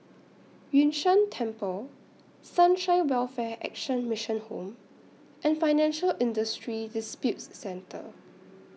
Yun Shan Temple Sunshine Welfare Action Mission Home and Financial Industry Disputes Center